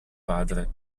padre